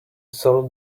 solve